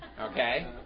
okay